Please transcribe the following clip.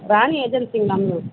ராணி ஏஜென்ஸிங்களா மேம்